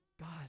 God